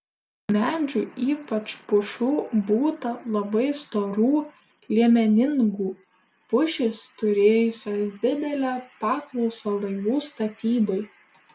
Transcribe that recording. medžių ypač pušų būta labai storų liemeningų pušys turėjusios didelę paklausą laivų statybai